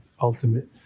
ultimate